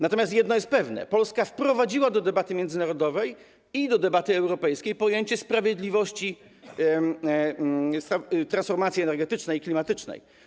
Natomiast jedno jest pewne: Polska wprowadziła do debaty międzynarodowej i do debaty europejskiej pojęcie sprawiedliwości transformacji energetycznej i klimatycznej.